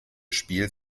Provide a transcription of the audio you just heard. spiel